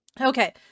Okay